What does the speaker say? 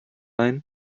ein